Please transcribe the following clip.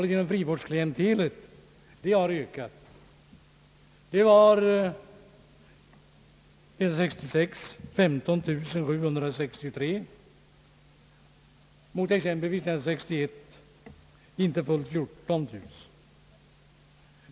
Det var 1966 15763 mot exempelvis 1961 inte fullt 14 000.